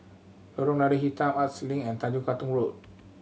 Lorong Lada Hitam Arts Link and Tanjong Katong Road